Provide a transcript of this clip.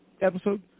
episode